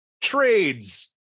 trades